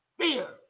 fear